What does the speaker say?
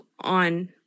on